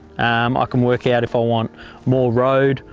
um ah can work out if i want more road,